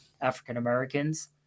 African-Americans